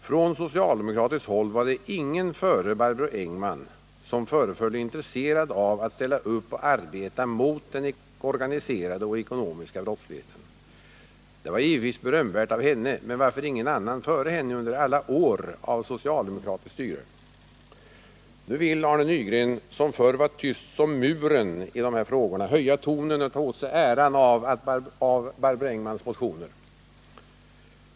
Från socialdemokratiskt håll var det ingen före Barbro Engman-Nordin som föreföll intresserad av att ställa upp och arbeta mot den organiserade och ekonomiska brottsligheten. Det var givetvis berömvärt av henne — men varför ingen annan före henne under alla år av socialdemokratiskt styre? Nu vill Arne Nygren, som förr var tyst som muren i dessa frågor, höja tonen och ta åt sig äran av Barbro Engman-Nordins motioner.